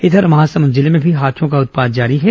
इधर महासमुंद जिले में भी हाथियों का उत्पात जारी है